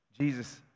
Jesus